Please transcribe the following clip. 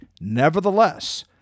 Nevertheless